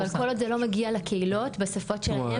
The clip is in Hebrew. אבל כל עוד זה לא מגיע לקהילות בשפות שלהן,